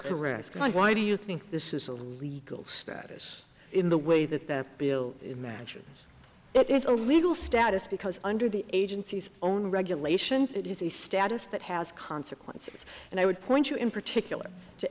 and why do you think this is a legal status in the way that the bill imagines it is a legal status because under the agency's own regulations it is a status that has consequences and i would point you in particular to